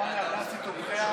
"לתומכיה